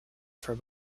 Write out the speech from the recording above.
for